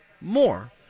more